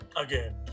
Again